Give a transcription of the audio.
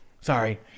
Sorry